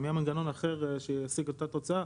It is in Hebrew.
אם יהיה מנגנון אחר שישיג אותה תוצאה,